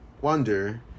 wonder